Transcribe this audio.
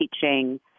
teaching